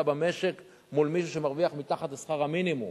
במשק מול מישהו שמרוויח מתחת לשכר המינימום.